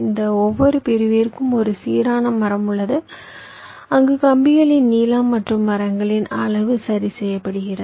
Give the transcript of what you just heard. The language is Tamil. இந்த ஒவ்வொரு பிரிவிற்கும் ஒரு சீரான மரம் உள்ளது அங்கு கம்பிகளின் நீளம் மற்றும் மரங்களின் அளவு சரி செய்யப்படுகிறது